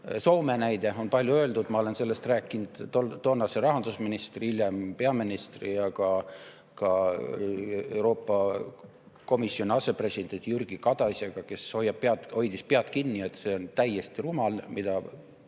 näidet on palju öeldud. Ma olen sellest rääkinud toonase rahandusministri, hiljem peaministri, Euroopa Komisjoni asepresidendi Jyrki Kataisega, kes hoidis pead kinni, et see on täiesti rumal, mida